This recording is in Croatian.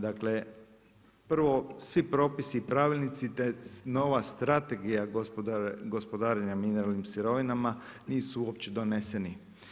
Dakle, prvo, svi propisi i pravilnici, te nova strategija gospodarenja mineralnim sirovinama, nisu uopće doneseni.